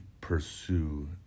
pursue